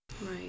Right